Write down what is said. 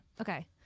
okay